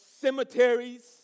cemeteries